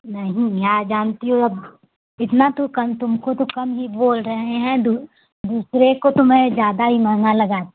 नहीं या जानती हो अब इतना तो कन तुमको तो कम ही बोल रहे हैं दो दूसरे को तो मैं ज्यादा ही महँगा लगा